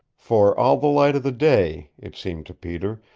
for all the light of the day, it seemed to peter,